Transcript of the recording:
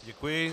Děkuji.